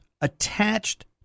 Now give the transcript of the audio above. attached